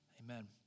Amen